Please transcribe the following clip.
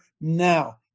now